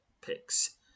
picks